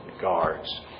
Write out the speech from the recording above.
guards